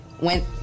went